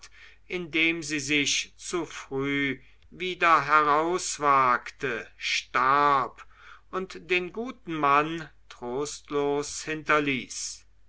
indem sie sich zu früh wieder herauswagte starb und den guten mann trostlos hinterließ